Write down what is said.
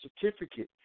certificate